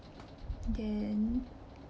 then